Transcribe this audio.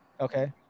Okay